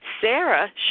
Sarah